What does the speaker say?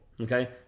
okay